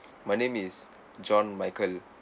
my name is john michael